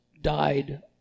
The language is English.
died